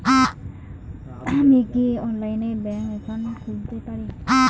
আমি কি অনলাইনে ব্যাংক একাউন্ট খুলতে পারি?